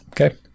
Okay